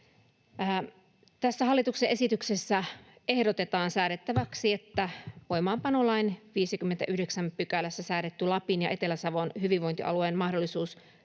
Tässä hallituksen esityksessä ehdotetaan säädettäväksi, että voimaanpanolain 59 §:ssä säädetty Lapin ja Etelä-Savon hyvinvointialueiden mahdollisuus